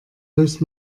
löst